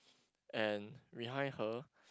and behind her